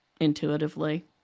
intuitively